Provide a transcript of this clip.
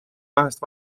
kahest